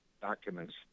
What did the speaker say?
documents